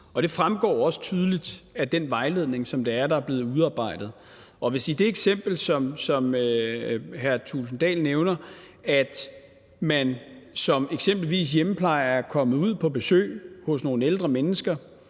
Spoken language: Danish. det fremgår også tydeligt af den vejledning, som er blevet udarbejdet. Og jeg vil sige, at i forhold til det eksempel, som hr. Jens Henrik Thulesen Dahl nævner – at man som eksempelvis hjemmeplejer er kommet ud på besøg hos nogle ældre mennesker,